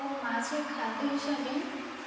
ও মাছের খাদ্য হিসাবে